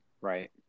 Right